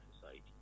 society